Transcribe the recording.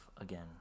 again